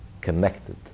connected